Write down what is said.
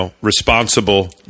responsible